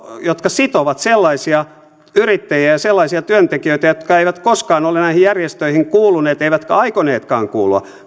jotka sitovat sellaisia yrittäjiä ja sellaisia työntekijöitä jotka eivät koskaan ole näihin järjestöihin kuuluneet eivätkä aikoneetkaan kuulua